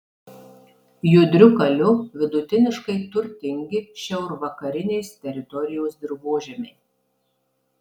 judriu kaliu vidutiniškai turtingi šiaurvakarinės teritorijos dirvožemiai